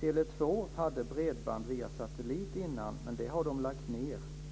Tele 2 hade bredband via satellit innan, men det har de lagt ned.